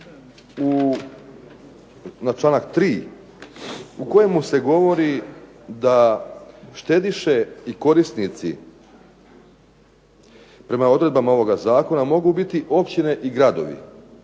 na članak 3. u kojem se govori da štediše i korisnici prema odredbama ovoga zakona mogu biti općine i gradovi